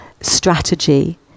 strategy